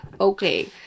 Okay